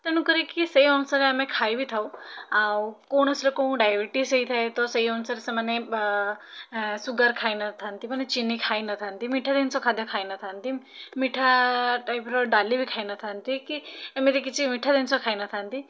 ତେଣୁ କରିକି ସେ ଅନୁସାରେ ଆମେ ଖାଇବି ଥାଉ ଆଉ କୌଣସି ଲୋକଙ୍କୁ ଡାଇବେଟିସ୍ ହେଇଥାଏ ତ ସେଇ ଅନୁସାରେ ସେମାନେ ସୁଗାର୍ ଖାଇନଥାନ୍ତି ମାନେ ଚିନି ଖାଇନଥାନ୍ତି ମିଠା ଜିନିଷ ଖାଦ୍ୟ ମଧ୍ୟ ଖାଇନଥାନ୍ତି ମିଠା ଟାଇପ୍ର ଡାଲି ବି ଖାଇନଥାନ୍ତି କି ଏମିତି କିଛି ମିଠା ଜିନିଷ ଖାଇନଥାନ୍ତି